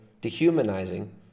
dehumanizing